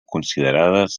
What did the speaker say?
considerades